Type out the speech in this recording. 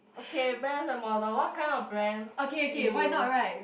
okay brands or model what kind of brands do you